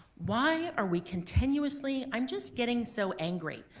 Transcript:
why are we continuously, i'm just getting so angry.